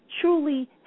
truly